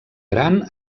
gran